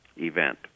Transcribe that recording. event